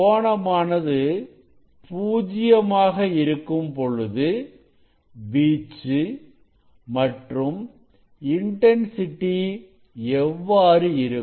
கோணமானது பூஜ்ஜியமாக இருக்கும் பொழுது வீச்சு மற்றும் இன்டன்சிட்டி எவ்வாறு இருக்கும்